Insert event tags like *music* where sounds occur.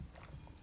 *noise*